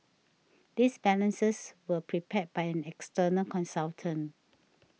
these balances were prepared by an external consultant